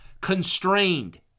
constrained